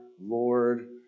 Lord